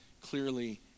clearly